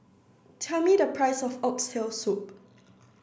tell me the price of oxtail soup